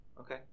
Okay